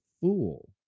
fool